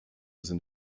sind